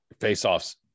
face-offs